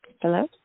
Hello